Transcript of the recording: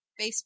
Facebook